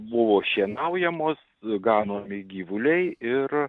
buvo šienaujamos ganomi gyvuliai ir